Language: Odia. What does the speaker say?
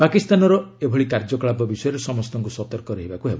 ପାକିସ୍ତାନର ଏହି କାର୍ଯ୍ୟକଳାପ ବିଷୟରେ ସମସ୍ତଙ୍କୁ ସତର୍କ ରହିବାକୁ ହେବ